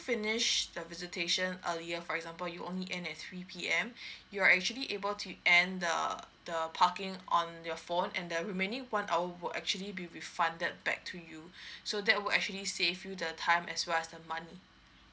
finish the visitation earlier for example you only end at three P_M you're actually able to end the the parking on your phone and the remaining one hour will actually be refunded back to you so that would actually save you the time as well as the money